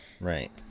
right